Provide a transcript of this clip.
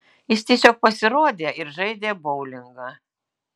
jis tiesiog pasirodė ir žaidė boulingą